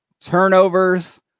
Turnovers